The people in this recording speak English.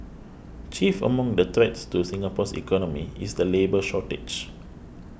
chief among the threats to Singapore's economy is the labour shortage